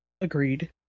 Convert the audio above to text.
agreed